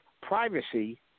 privacy